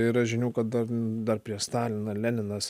yra žinių kad dar dar prieš staliną leninas